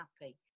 happy